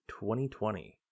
2020